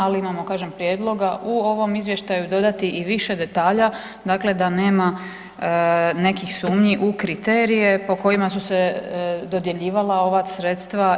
Ali imamo kažem prijedloga u ovom izvještaju dodati i više detalja, dakle da nema nekih sumnji u kriterije po kojima su se dodjeljivala ova sredstva.